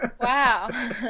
Wow